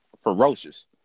Ferocious